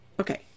Okay